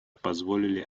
позволили